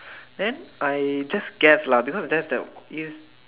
then I just guess lah because that's the obvious